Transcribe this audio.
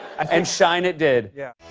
and shine it did. yeah.